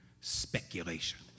speculation